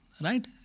right